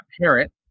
parent